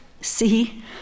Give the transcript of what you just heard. see